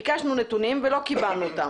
ביקשנו נתונים ולא קיבלנו אותם.